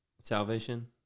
salvation